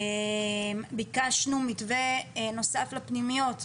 ביקשנו מתווה נוסף לפניות,